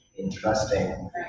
interesting